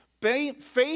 Faith